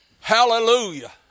Hallelujah